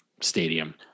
stadium